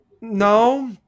No